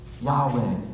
Yahweh